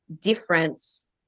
difference